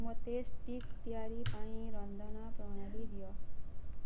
ମୋତେ ଷ୍ଟିକ୍ ତିଆରି ପାଇଁ ରନ୍ଧନ ପ୍ରଣାଳୀ ଦିଅ